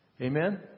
Amen